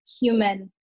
human